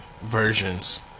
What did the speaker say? versions